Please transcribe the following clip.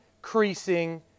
increasing